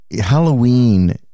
Halloween